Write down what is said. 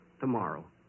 tomorrow